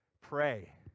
pray